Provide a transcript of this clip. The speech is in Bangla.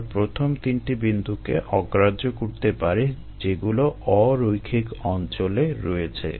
আমরা প্রথম তিনটি বিন্দুকে অগ্রাহ্য করতে পারি যেগুলো অ রৈখিক অঞ্চলে রয়েছে